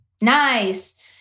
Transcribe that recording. Nice